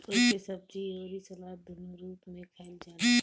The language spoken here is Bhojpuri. एके सब्जी अउरी सलाद दूनो रूप में खाईल जाला